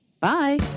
Bye